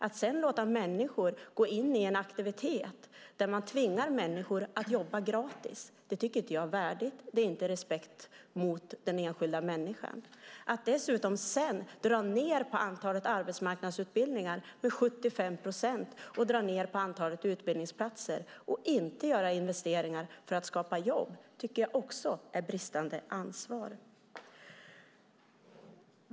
Att låta människor gå in i en aktivitet där de tvingas jobba gratis är inte värdigt och visar inte respekt för den enskilda människan. Att dessutom dra ned på antalet arbetsmarknadsutbildningar med 75 procent och antalet utbildningsplatser och inte göra investeringar för att skapa jobb visar också på bristande ansvar.